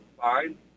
fine